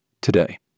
today